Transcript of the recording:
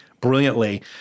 brilliantly